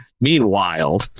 meanwhile